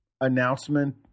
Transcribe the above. announcement